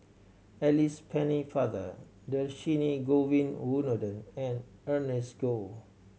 Alice Pennefather Dhershini Govin Winodan and Ernest Goh